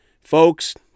Folks